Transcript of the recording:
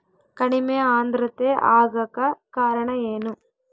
ಕಡಿಮೆ ಆಂದ್ರತೆ ಆಗಕ ಕಾರಣ ಏನು?